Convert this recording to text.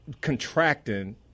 contracting